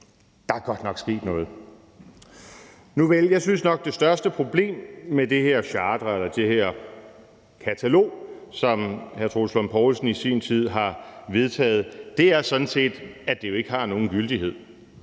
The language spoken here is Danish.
Der er godt nok sket noget. Nuvel, jeg synes nok, at det største problem med det her charter eller det her katalog, som forsvarsministeren i sin tid har vedtaget, sådan set er, at det jo ikke har nogen gyldighed.